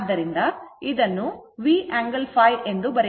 ಆದ್ದರಿಂದ ಇದನ್ನು V angle ϕ ಎಂದು ಬರೆಯಬಹುದು